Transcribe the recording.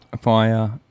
Fire